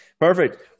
Perfect